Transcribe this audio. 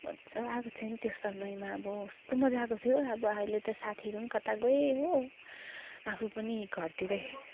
मजा आएको थियो नि त्यो समयमा अब कस्तो मजा आएको थियो अब अहिले त साथीहरू नि कता गए हो आफू पनि घरतिरै